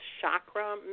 chakra